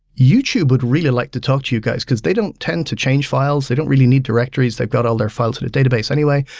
youtube would really like to talk to guys because they didn't tend to change files. they don't really need directories. they've got all their files in a database anyway.